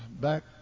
back